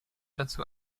dazu